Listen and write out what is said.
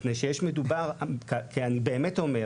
כי שוב,